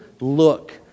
look